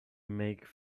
make